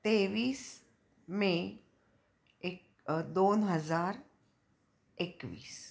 तेवीस मे एक दोन हजार एकवीस